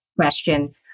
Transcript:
question